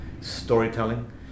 storytelling